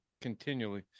continually